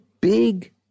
big